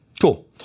cool